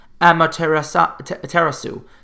Amaterasu